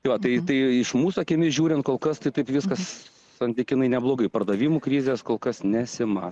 juo ataidėjo iš mūsų akimis žiūrint kol kas tai taip viskas santykinai neblogai pardavimų krizės kol kas nesimato